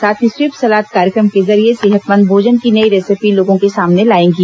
साथ ही स्वीप सलाद कार्यक्रम के जरिए सेहतमंद भोजन की नई रेसिपी लोगों के सामने लाएंगी